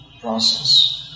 process